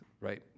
right